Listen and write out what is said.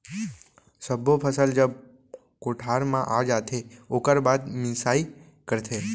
सब्बो फसल जब कोठार म आ जाथे ओकर बाद मिंसाई करथे